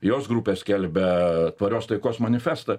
jos grupė skelbia tvarios taikos manifestą